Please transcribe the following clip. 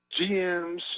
GMs